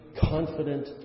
confident